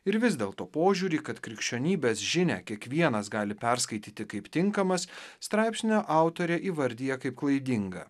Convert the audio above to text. ir vis dėlto požiūrį kad krikščionybės žinią kiekvienas gali perskaityti kaip tinkamas straipsnio autorė įvardija kaip klaidingą